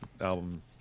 album